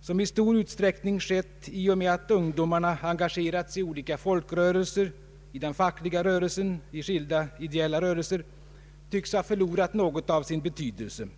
som i stor utsträckning skett i och med att ungdomarna engagerats i olika folkrörelser — den fackliga rörelsen och i skilda ideella rörelser — tycks ha förlorat något av sin betydelse.